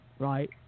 right